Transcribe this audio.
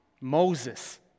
Moses